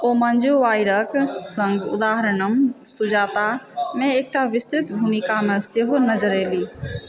ओ मंजू वायरक संग उदाहरणम सुजाता मे एकटा विस्तृत भूमिकामे सेहो नजर अयली